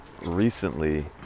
recently